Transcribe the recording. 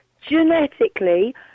genetically